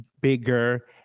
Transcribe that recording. bigger